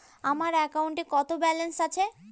আমার অ্যাকাউন্টে কত ব্যালেন্স আছে?